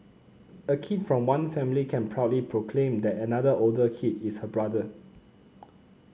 a kid from one family can proudly proclaim that another older kid is her brother